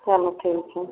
चलो ठीक है